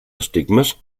estigmes